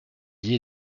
lier